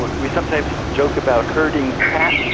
we sometimes joke about herding cats,